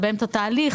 זה באמצע תהליך,